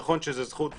נכון שזה זכות וכו',